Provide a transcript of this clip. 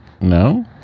no